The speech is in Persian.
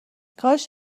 کاش